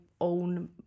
own